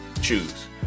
choose